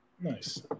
Nice